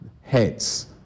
heads